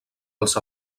als